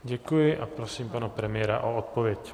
Děkuji a prosím pana premiéra o odpověď.